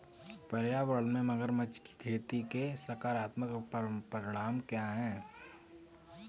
पर्यावरण में मगरमच्छ की खेती के सकारात्मक परिणाम क्या हैं?